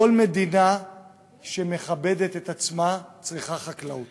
כל מדינה שמכבדת את עצמה צריכה חקלאות.